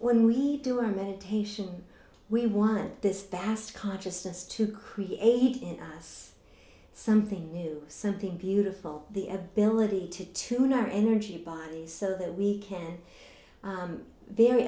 when we do our meditation we want this vast consciousness to create in us something new something beautiful the ability to tune are energy bodies so that we can very